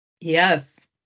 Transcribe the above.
Yes